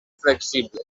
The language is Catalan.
flexible